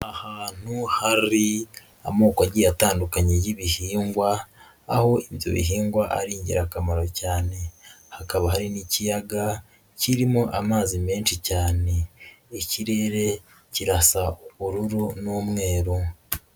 Ahantu hari amoko agiye atandukanye y'ibihingwa, aho ibyo bihingwa ari ingirakamaro cyane hakaba hari n'ikiyaga kirimo amazi menshi cyane, ikirere kirasa ubururu n'umweru.